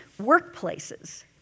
workplaces